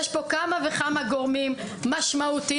יש פה כמה וכמה גורמים משמעותיים,